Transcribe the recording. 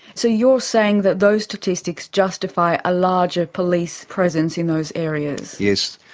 so you're saying that those statistics justify a larger police presence in those areas. yes.